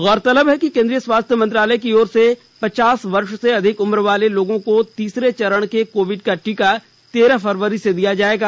गौरतलब है कि केन्द्रीय स्वास्थ्य मंत्रालय की ओर से पचास वर्ष से अधिक उम्रवाले लोगों को तीसरे चरण में कोविड का टीका तेरह फरवरी से दिया जाएगा